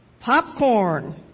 popcorn